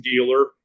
dealer